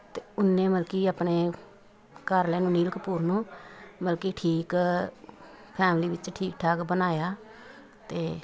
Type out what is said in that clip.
ਅਤੇ ਉਹਨੇ ਮਲ ਕਿ ਆਪਣੇ ਘਰ ਵਾਲੇ ਨੂੰ ਅਨਿਲ ਕਪੂਰ ਨੂੰ ਮਲ ਕਿ ਠੀਕ ਫੈਮਲੀ ਵਿੱਚ ਠੀਕ ਠਾਕ ਬਣਾਇਆ ਅਤੇ